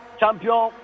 champion